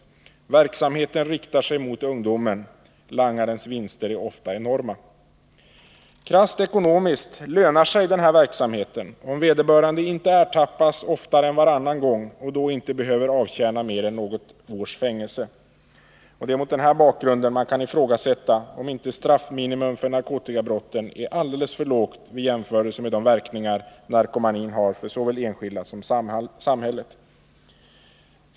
Verksamheten riktar sig mot ungdomen. Langarens vinster är ofta enorma. Krasst ekonomiskt lönar sig verksamheten om vederbörande inte ertappas oftare än varannan gång och då inte behöver avtjäna mer än något års fängelse. Mot denna bakgrund kan det ifrågasättas om inte straffminimum för narkotikabrotten är alldeles för lågt vid jämförelse med de verkningar narkomanin har för såväl enskilda som samhället.